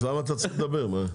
אז למה אתה צריך לדבר, מה?